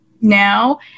now